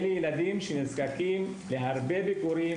אלה ילדים שנזקקים להרבה ביקורים